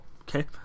okay